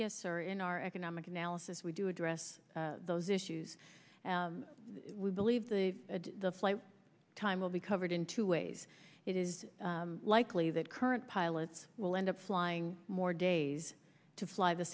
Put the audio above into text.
yes sir in our economic analysis we do address those issues we believe the the flight time will be covered in two ways it is likely that current pilots will end up flying more days to fly the